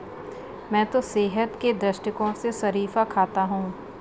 मैं तो सेहत के दृष्टिकोण से शरीफा खाता हूं